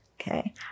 Okay